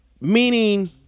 meaning